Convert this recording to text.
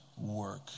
work